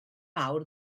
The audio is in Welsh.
mawr